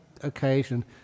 occasion